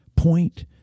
Point